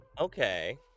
Okay